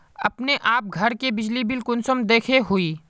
हम आप घर के बिजली बिल कुंसम देखे हुई?